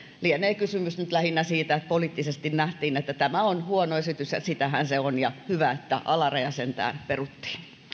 lienee kysymys nyt lähinnä siitä että poliittisesti nähtiin että tämä on huono esitys ja sitähän se on hyvä että alarajan nosto sentään peruttiin